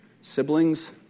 siblings